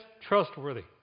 trustworthy